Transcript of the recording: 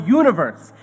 universe